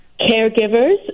caregivers